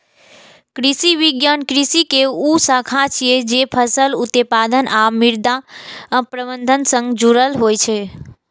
कृषि विज्ञान कृषि के ऊ शाखा छियै, जे फसल उत्पादन आ मृदा प्रबंधन सं जुड़ल होइ छै